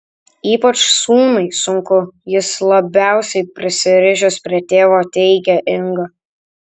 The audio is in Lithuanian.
ypač sūnui sunku jis labiausiai prisirišęs prie tėvo teigė inga